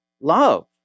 love